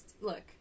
Look